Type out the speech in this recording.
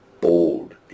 bold